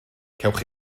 cewch